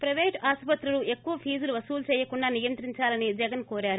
private ఆసుపత్రులు ఎక్కువ ఫీజులు వసూ చేయకుండా నియంత్రించాలని జగన్ కోరారు